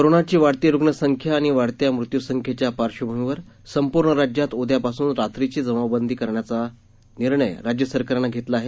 कोरोनाची वाढती रुग्णसंख्या आणि वाढत्या मृत्यूसंख्येच्या पार्श्वभूमीवर संपूर्ण राज्यात उद्यापासून रात्रीची जमावबंदी लागू करण्याचा निर्णय राज्य सरकारनं घेतला आहे